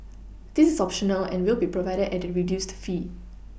this is optional and will be provided at a reduced fee